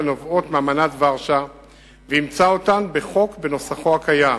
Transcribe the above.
הנובעות מאמנת ורשה ואימצה אותן בחוק בנוסחו הקיים,